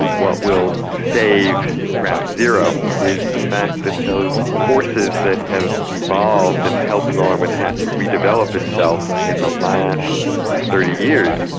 what will save ground zero is the fact that those forces that have evolved and helped lower manhattan redevelop itself in the last thirty years,